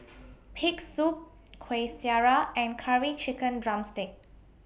Pig'S Soup Kuih Syara and Curry Chicken Drumstick